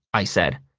i said.